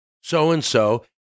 so-and-so